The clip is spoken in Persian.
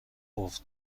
قفل